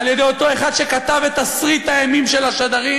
על-ידי אותו אחד שכתב את תסריט האימים של השדרים,